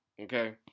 Okay